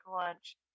lunch